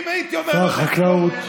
אם הייתי אומר לעודד פורר,